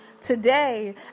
Today